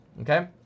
okay